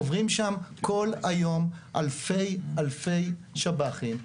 עוברים שם כל היום אלפי-אלפי שב"חים.